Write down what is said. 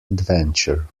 adventure